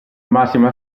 massima